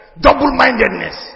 double-mindedness